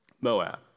Moab